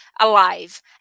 alive